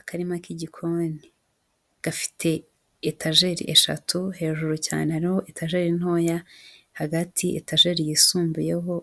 Akarima k'igikoni, gafite etajeri eshatu hejuru cyane hariho etajeri ntoya, hagati etajari yisumbuyeho